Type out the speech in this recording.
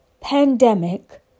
pandemic